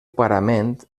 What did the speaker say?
parament